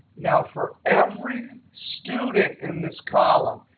now, for every student in this column,